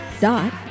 dot